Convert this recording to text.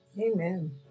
Amen